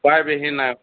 উপায়বিহীন আৰু